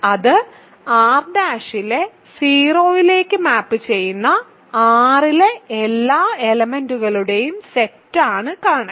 അത് R' ലെ 0 ലേക്ക് മാപ്പ് ചെയ്യുന്ന R ലെ എല്ലാ എലെമെന്റുകളുടെയും സെറ്റാണ് കേർണൽ